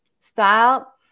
style